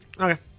Okay